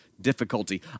difficulty